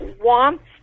wants